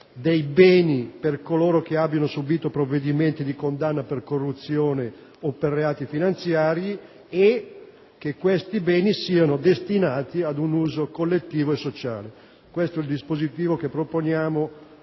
dei beni per coloro che abbiano subito provvedimenti di condanna per corruzione o per reati finanziari e che questi stessi beni siano destinati ad un uso collettivo e sociale. Questo è il dispositivo che proponiamo